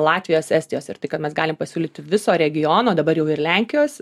latvijos estijos ir tai kad mes galim pasiūlyti viso regiono dabar jau ir lenkijos